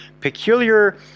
peculiar